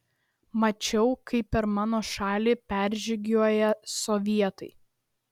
mačiau kaip per mano šalį peržygiuoja sovietai